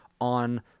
on